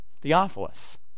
Theophilus